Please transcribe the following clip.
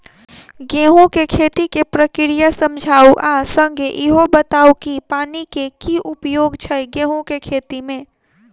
गेंहूँ केँ खेती केँ प्रक्रिया समझाउ आ संगे ईहो बताउ की पानि केँ की उपयोग छै गेंहूँ केँ खेती में?